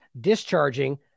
discharging